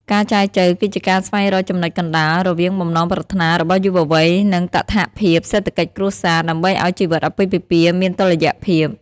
ការចែចូវគឺជាការស្វែងរក "ចំណុចកណ្ដាល" រវាងបំណងប្រាថ្នារបស់យុវវ័យ និងតថភាពសេដ្ឋកិច្ចគ្រួសារ ដើម្បីឱ្យជីវិតអាពាហ៍ពិពាហ៍មានតុល្យភាព។